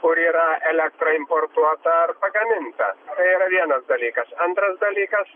kur yra elektra importuota ar pagaminta tai yra vienas dalykas antras dalykas